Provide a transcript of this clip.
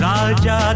Raja